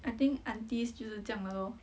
I think aunties 就是这样的咯